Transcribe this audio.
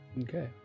Okay